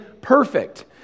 perfect